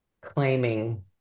claiming